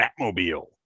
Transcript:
Batmobile